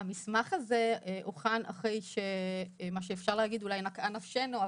המסמך הזה הוכן אחרי שנקעה נפשנו,